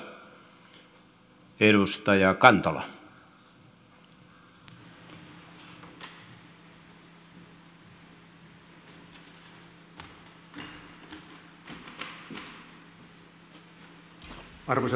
arvoisa puhemies